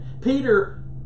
Peter